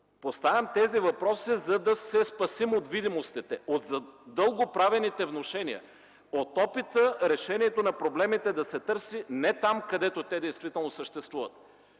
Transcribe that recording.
Поставям тези въпроси, за да се спасим от дълго правените внушения, от опита решението на проблемите да се търси не там, където те действително съществуват.